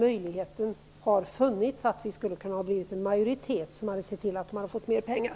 Möjligheten fanns att en majoritet hade kunnat se till att organisationerna fått mer pengar.